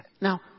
Now